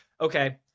okay